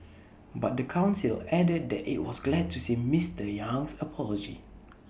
but the Council added that IT was glad to see Mister Yang's apology